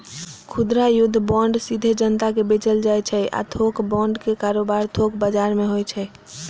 खुदरा युद्ध बांड सीधे जनता कें बेचल जाइ छै आ थोक बांड के कारोबार थोक बाजार मे होइ छै